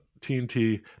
TNT